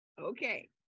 Okay